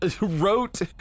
wrote